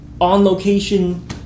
on-location